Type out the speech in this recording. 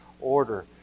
order